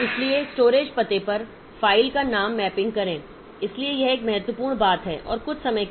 इसलिए स्टोरेज पते पर फ़ाइल का नाम मैपिंग करें इसलिए यह एक महत्वपूर्ण बात है और कुछ समय के लिए